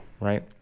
Right